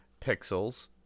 Pixels